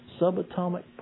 subatomic